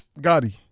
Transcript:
Gotti